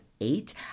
eight